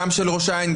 גם של ראש העין,